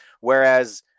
Whereas